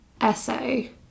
essay